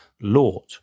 Lord